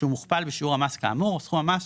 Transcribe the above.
שהוא מוכפל בשיעור המס כאמור או סכום המס